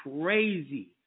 crazy